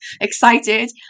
excited